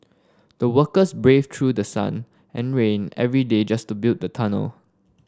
the workers braved through the sun and rain every day just to build the tunnel